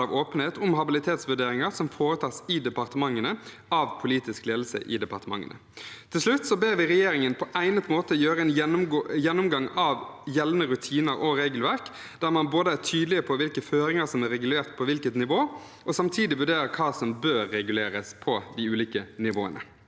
av åpenhet om habilitetsvurderinger som foretas i departementene av politisk ledelse i departementene. Til slutt ber vi regjeringen på egnet måte gjøre en gjennomgang av gjeldende rutiner og regelverk, der man både er tydeligere på hvilke føringer som er regulert på hvilket nivå, og samtidig vurderer hva som bør reguleres på de ulike nivåene.